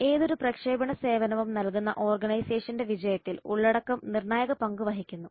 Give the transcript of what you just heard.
ഏതൊരു പ്രക്ഷേപണ സേവനവും നൽകുന്ന ഓർഗനൈസേഷന്റെ വിജയത്തിൽ ഉള്ളടക്കം നിർണ്ണായക പങ്ക് വഹിക്കുന്നു